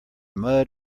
mud